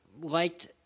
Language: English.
liked –